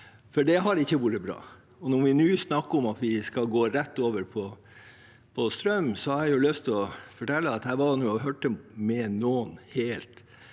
for det har ikke vært bra. Når vi nå snakker om at vi skal gå rett over på strøm, har jeg lyst til å fortelle at jeg har hørt med noen